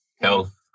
Health